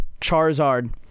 Charizard